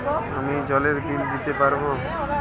আমি জলের বিল দিতে পারবো?